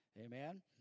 Amen